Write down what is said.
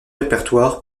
répertoire